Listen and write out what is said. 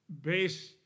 base